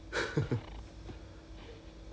sev~ is it err is it about seven months